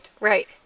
right